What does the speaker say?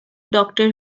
doctor